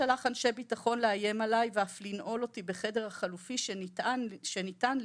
הוא שלח אנשי ביטחון לאיים עליי ואף לנעול אותי בחדר החלופי שניתן לי,